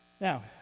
Now